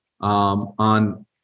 on